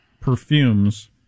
perfumes